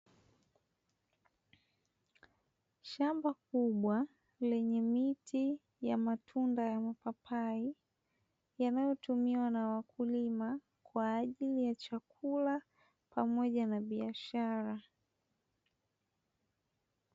Shamba kubwa lenye miti ya matunda ya mapapai, yanayotumiwa na wakulima kwa ajili ya chakula pamoja na biashara.